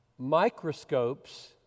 microscopes